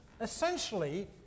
essentially